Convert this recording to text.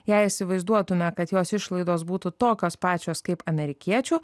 jei įsivaizduotume kad jos išlaidos būtų tokios pačios kaip amerikiečių